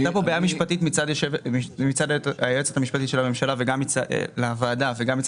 עלתה כאן בעיה משפטית מצד היועצת המשפטית לוועדה וגם מצד